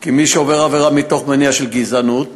כי מי שעובר עבירה מתוך מניע של גזענות